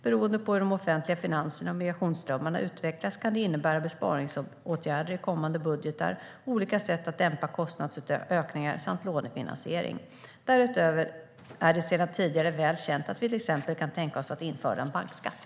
Beroende på hur de offentliga finanserna och migrationsströmmarna utvecklas kan det innebära besparingsåtgärder i kommande budgetar, olika sätt att dämpa kostnadsökningar samt lånefinansiering. Därutöver är det sedan tidigare väl känt att vi till exempel kan tänka oss att införa en bankskatt.